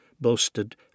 boasted